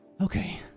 Okay